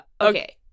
Okay